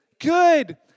good